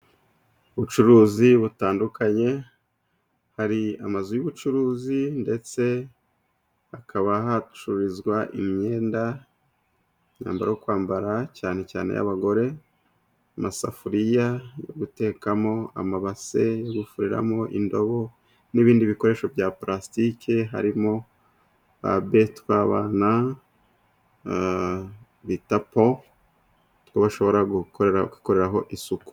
Ubucuruzi butandukanye, hari amazu y'ubucuruzi ndetse hakaba hacururizwa imyenda, imyambaro yo kwambara cyane cyane y'abagore, amasafuriya yo gutekamo, amabase yo gufuriramo, indobo n'ibindi bikoresho bya parasitiki, harimo twa be tw'abana bita po, utwo bashobora gukoreraho isuku.